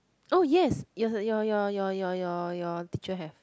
oh yes your your your your your your your teacher have